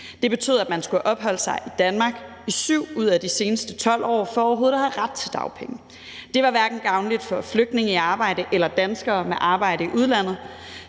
Det betød, at man skulle have opholdt sig i Danmark i 7 ud af de seneste 12 år for overhovedet at have ret til dagpenge. Det var hverken gavnligt for flygtninge i arbejde eller danskere med arbejde i udlandet.